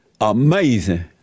Amazing